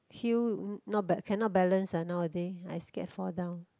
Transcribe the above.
heel not bad cannot balance ah nowaday I scared fall down